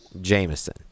Jameson